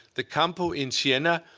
the campo in sienna,